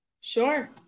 Sure